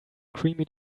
creamy